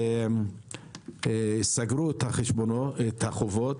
וסגרו את החובות.